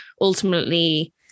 ultimately